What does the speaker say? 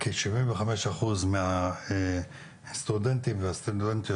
כשבעים וחמש אחוז מהסטודנטים או מהסטודנטיות